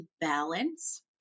balance